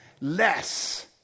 less